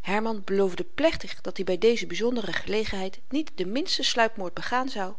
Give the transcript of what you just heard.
herman beloofde plechtig dat-i by deze byzondere gelegenheid niet den minsten sluipmoord begaan zou